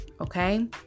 okay